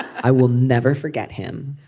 i will never forget him.